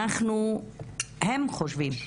אנחנו או יותר נכון הם חושבים,